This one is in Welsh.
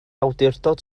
awdurdod